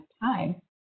time